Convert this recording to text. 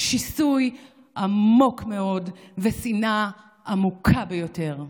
שיסוי עמוק מאוד ושנאה עמוקה ביותר.